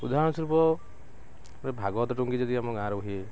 ଉଦାହରଣ ସ୍ୱରୂପ ଗୋଟେ ଭାଗବତ ଟୁଙ୍ଗି ଯଦି ଆମ ଗାଁରେ ହୁଏ